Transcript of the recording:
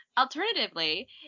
Alternatively